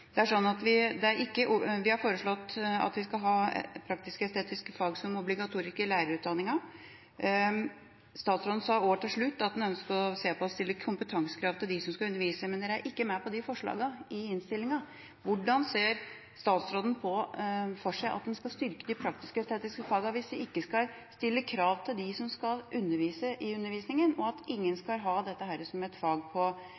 skal være obligatorisk i lærerutdanninga. Statsråden sa til slutt at han ønsket å se på det å stille kompetansekrav til dem som skal undervise i fagene, men regjeringspartiene er ikke med på forslagene i innstillinga. Hvordan ser statsråden for seg at en skal styrke de praktisk-estetiske fagene hvis vi ikke skal stille krav til dem som skal undervise, og at ingen skal ha dette som grunnleggende i lærerutdanninga – for da mister vi jo kompetansemiljøene … Da er taletiden ute. Det står jo i meldingen at